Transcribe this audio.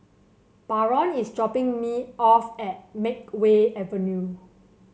Baron is dropping me off at Makeway Avenue